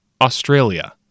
Australia